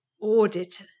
audit